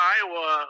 Iowa